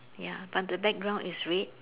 ya but the background is red